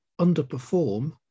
underperform